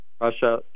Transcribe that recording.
Russia